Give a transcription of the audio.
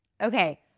Okay